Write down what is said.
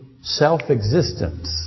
self-existence